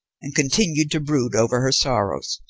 and continued to brood over her sorrows.